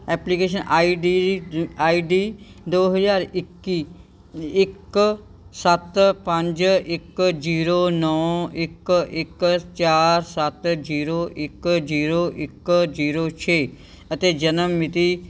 application I D ਡ I D ਦੋ ਹਜ਼ਾਰ ਇੱਕੀ ਇੱਕ ਸੱਤ ਪੰਜ ਇੱਕ ਜ਼ੀਰੋ ਨੌਂ ਇੱਕ ਇੱਕ ਚਾਰ ਸੱਤ ਜ਼ੀਰੋ ਇੱਕ ਜ਼ੀਰੋ ਇੱਕ ਜ਼ੀਰੋ ਛੇ ਅਤੇ ਜਨਮ ਮਿਤੀ